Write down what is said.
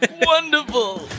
Wonderful